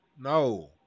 no